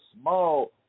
small